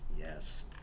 yes